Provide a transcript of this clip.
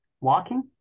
walking